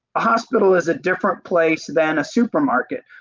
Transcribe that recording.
ah hospital is a different place than a supermarket.